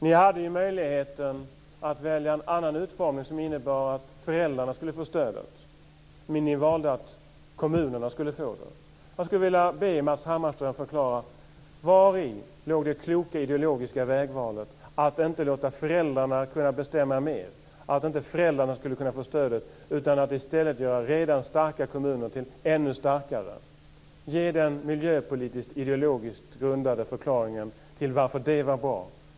Ni hade möjligheter att välja en annan utformning som innebar att föräldrarna skulle få stödet, men ni valde att kommunerna skulle få det. Jag skulle vilja be Matz Hammarström att förklara vari det kloka ideologiska vägvalet låg när ni valde att inte låta föräldrar bestämma mer genom att få stödet. I stället vill ni göra redan starka kommuner ännu starkare. Ge den miljöpolitiskt ideologiskt grundade förklaringen till varför det var bra!